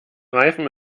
reifen